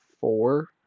four